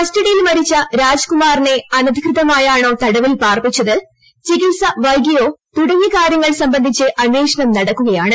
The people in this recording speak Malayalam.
കസ്റ്റഡിയിൽ മരിച്ച രാജ്കുമാറിനെ അനധികൃതമായാണോ തടവിൽ പാർപ്പിച്ചത് ചികിത്സ വൈകിയോ തുടങ്ങിയ കാര്യങ്ങൾ സംബന്ധിച്ച് അന്വേഷണം നടക്കുകയാണ്